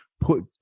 put